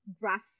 graph